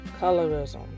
colorism